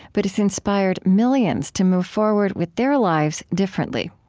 but it's inspired millions to move forward with their lives, differently.